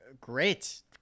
Great